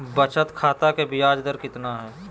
बचत खाता के बियाज दर कितना है?